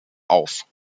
auf